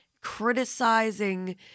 criticizing